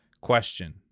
Question